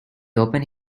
opened